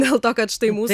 dėl to kad štai mūsų